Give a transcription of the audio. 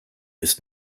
ist